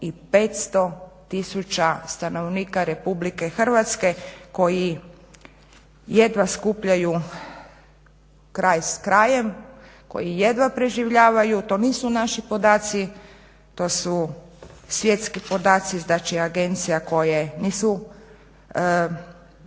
i 500 tisuća stanovnika Republike Hrvatske koji jedva skupljaju kraj s krajem, koji jedva preživljavaju, to nisu naši podaci, to su svjetski podaci, znači agencija koje nisu